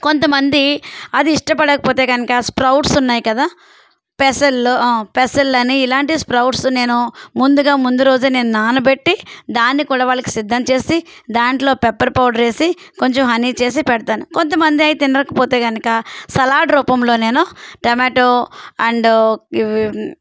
కొంతమంది అది ఇష్టపడక పోతే కనుక స్ప్రౌట్స్ ఉన్నాయి కదా పెసల్లు పెసల్లని ఇలాంటి స్ప్రౌట్స్ నేను ముందుగా ముందు రోజే నేను నానబెట్టి దాన్ని కూడా వాళ్ళకి సిద్ధం చేసి దాంట్లో పెప్పర్ పౌడర్ వేసి కొంచెం హనీ చేసి పెడతాను కొంతమంది అవి తినకపోతే కనుక సలాడ్ రూపంలో నేను టమాటో అండ్